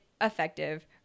effective